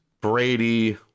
Brady